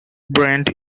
brand